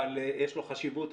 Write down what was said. אבל יש לו חשיבות.